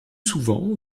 souvent